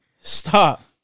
Stop